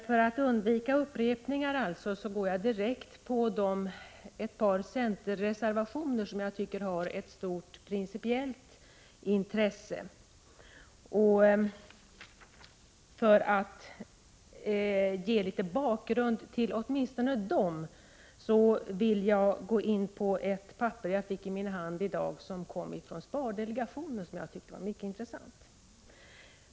För att undvika upprepningar går jag alltså direkt på ett par centerreservationer som jag tycker har stort principiellt intresse. För att ge litet bakgrund till åtminstone dem vill jag nämna ett papper från Spardelegationen som jag i dag fick i min hand och som jag tyckte var mycket intressant.